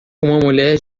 mulher